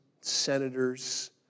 senators